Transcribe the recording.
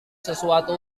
sesuatu